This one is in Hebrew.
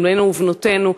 בנינו ובנותינו,